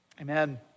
Amen